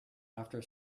after